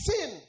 Sin